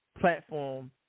platform